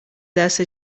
دسته